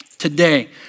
Today